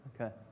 Okay